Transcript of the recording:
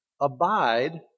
Abide